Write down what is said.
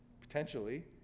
potentially